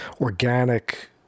organic